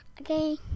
Okay